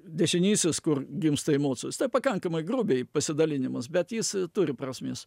dešinysis kur gimsta imocijos pakankamai grubiai pasidalinimas bet jis turi prasmės